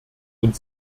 und